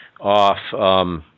off